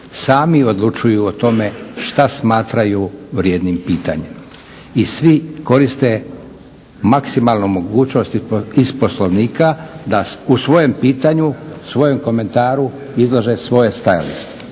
sami odlučuju o tome što smatraju vrijednim pitanjem. I svi koriste maksimalno mogućnost iz Poslovnika da u svojem pitanju, svojem komentaru izlože svoje stajalište.